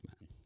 man